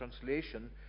translation